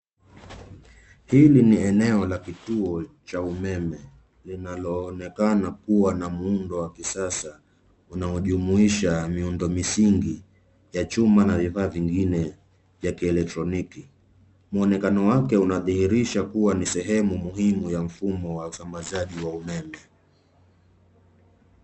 Hii ni eneo la kituo cha umeme linaloonekana kuwa na muundo wa kisasa unaojumuisha miundomisingi ya chuma na vifaa vingine vya kielektroniki. Mwonekano wake unadhihirisha kuwa ni sehemu muhimu ya mfumo wa usambazaji wa umeme.